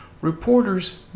reporters